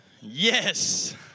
Yes